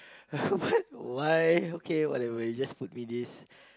but why okay whatever you just put me this